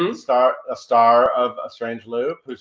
and star star of a strange loop,